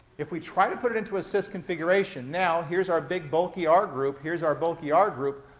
if we try to put it into a cis configuration, now, here's our big bulky r group, here's our bulky r group.